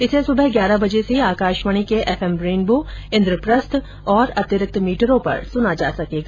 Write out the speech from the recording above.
इसे सुबह ग्यारह बजे से आकाशवाणी के एफ एम रेनबो इन्द्रप्रस्थ और अतिरिक्त मीटरों पर सुना जा सकेगा